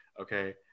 Okay